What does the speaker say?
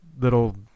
little